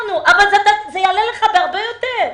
זה יעלה לך בהרבה יותר.